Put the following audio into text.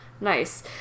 Nice